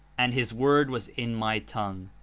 and his word was in my tongue.